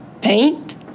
paint